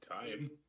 time